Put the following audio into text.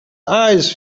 eyes